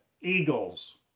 eagles